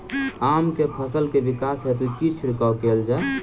आम केँ फल केँ विकास हेतु की छिड़काव कैल जाए?